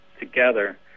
Together